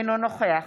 אינו נוכח